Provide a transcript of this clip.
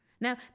Now